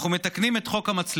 אנחנו מתקנים את חוק המצלמות.